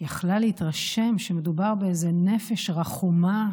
יכלה להתרשם שמדובר באיזו נפש רחומה,